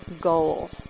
goal